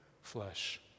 flesh